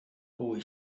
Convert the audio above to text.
boy